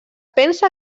pensa